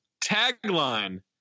Tagline